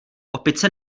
opice